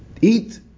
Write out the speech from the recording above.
Eat